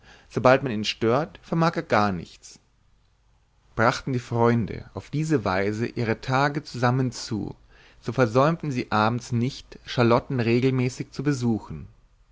sobald man ihn stört vermag er gar nichts brachten die freunde auf diese weise ihre tage zusammen zu so versäumten sie abends nicht charlotten regelmäßig zu besuchen